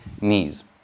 knees